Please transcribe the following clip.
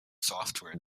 software